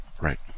Right